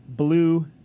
Blue